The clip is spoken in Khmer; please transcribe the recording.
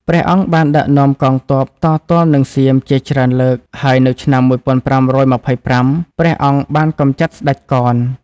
ព្រះអង្គបានដឹកនាំកងទ័ពតទល់នឹងសៀមជាច្រើនលើក ហើយនៅឆ្នាំ ១៥២៥ ព្រះអង្គបានកម្ចាត់ស្ដេចកន។